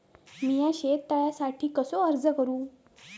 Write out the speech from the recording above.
मीया शेत तळ्यासाठी कसो अर्ज करू?